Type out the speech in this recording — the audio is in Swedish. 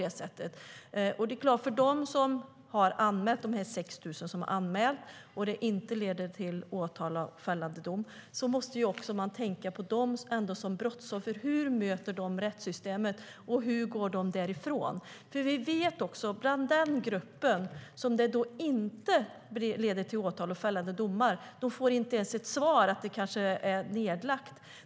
De 6 000 som har gjort en anmälan som inte har lett till åtal och fällande dom måste man tänka på som brottsoffer. Hur möter de rättssystemet, och hur går de därifrån? I den grupp där det inte blir åtal och fällande dom får de inte ens ett svar att det är nedlagt.